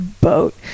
boat